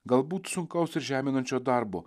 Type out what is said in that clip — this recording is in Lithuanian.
galbūt sunkaus ir žeminančio darbo